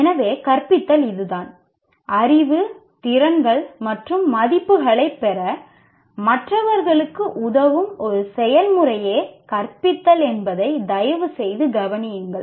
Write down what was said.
எனவே கற்பித்தல் இதுதான் அறிவு திறன்கள் மற்றும் மதிப்புகளைப் பெற மற்றவர்களுக்கு உதவும் ஒரு செயல்முறையே கற்பித்தல் என்பதை தயவுசெய்து கவனியுங்கள்